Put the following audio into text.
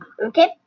Okay